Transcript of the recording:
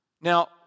Now